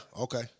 okay